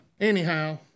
Anyhow